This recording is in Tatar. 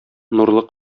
нурлы